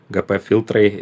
gp filtrai